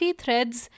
threads